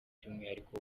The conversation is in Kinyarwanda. by’umwihariko